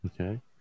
Okay